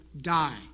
die